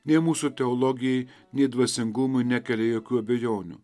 nei mūsų teologijai nei dvasingumui nekelia jokių abejonių